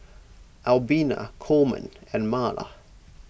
Albina Coleman and Marla